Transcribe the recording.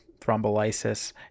thrombolysis